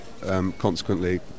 consequently